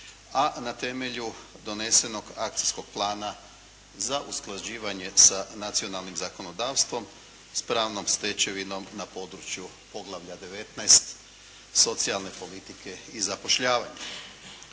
a na temelju donesenog akcijskog plana za usklađivanje sa nacionalnim zakonodavstvom s pravnom stečevinom na području poglavlja XIX. – Socijalna politika i zapošljavanje.